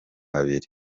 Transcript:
babiri